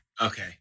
Okay